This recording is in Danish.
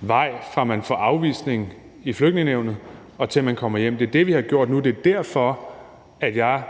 vej, fra man får en afvisning i Flygtningenævnet, og til man kommer hjem. Det er det, vi har gjort nu. Det er derfor, jeg